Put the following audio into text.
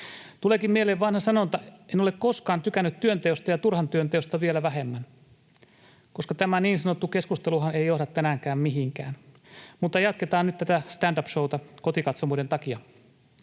Tuleekin mieleen vanha sanonta ”en ole koskaan tykännyt työnteosta ja turhan työn teosta vielä vähemmän”, koska tämä niin sanottu keskusteluhan ei johda tänäänkään mihinkään. Mutta jatketaan nyt tätä stand up ‑show'ta kotikatsomoiden takia.